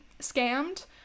scammed